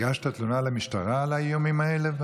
הגשת תלונה למשטרה על האיומים האלה?